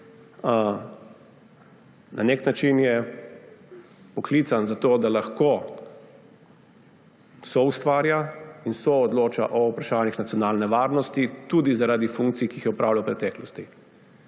Na nek način je poklican za to, da lahko soustvarja in soodloča o vprašanjih nacionalne varnosti, tudi zaradi funkcij, ki jih je opravljal v preteklosti.